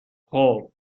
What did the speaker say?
خوب